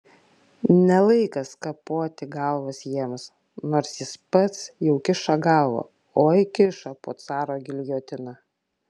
ne laikas kapoti galvas jiems nors jis pats jau kiša galvą oi kiša po caro giljotina